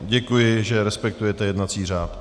Děkuji, že respektujete jednací řád.